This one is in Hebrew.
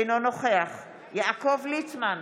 אינו נוכח יעקב ליצמן,